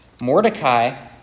Mordecai